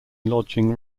lodging